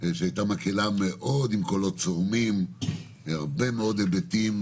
שהייתה מקהלה עם קולות מאוד צורמים והרבה מאוד היבטים